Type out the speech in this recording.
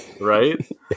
right